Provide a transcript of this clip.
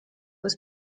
was